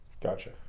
Gotcha